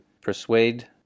persuade